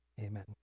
amen